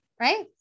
right